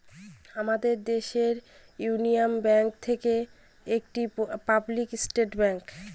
আমাদের দেশের union bank হচ্ছে একটি পাবলিক সেক্টর ব্যাঙ্ক